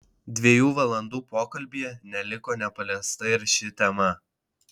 dviejų valandų pokalbyje neliko nepaliesta ir ši tema